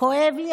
"כואב לי".